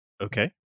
Okay